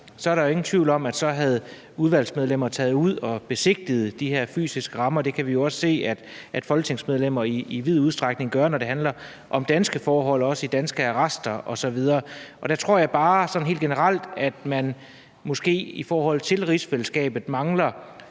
på dansk jord, så var udvalgsmedlemmerne taget ud og havde besigtiget de her fysiske rammer. Det kan vi jo også se at folketingsmedlemmer i vid udstrækning gør, når det handler om danske forhold, også i de danske arrester osv. Der tror jeg bare sådan helt generelt, at man måske i rigsfællesskabet mangler